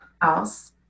house